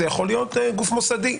יכול להיות גוף מוסדי.